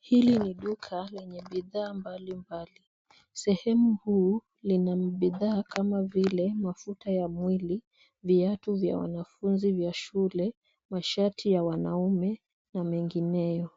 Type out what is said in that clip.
Hili ni duka lenye bidhaa mbalimbali sehemu huu lina bidhaa kama vile mafuta ya mwili ,viatu vya wanafunzi vya shule, masharti ya wanaume na mengineyo,